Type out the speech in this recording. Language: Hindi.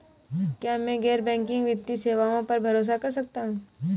क्या मैं गैर बैंकिंग वित्तीय सेवाओं पर भरोसा कर सकता हूं?